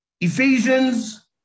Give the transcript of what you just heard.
Ephesians